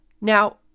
Now